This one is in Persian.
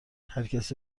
هرکسی